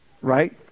Right